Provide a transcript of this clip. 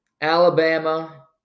Alabama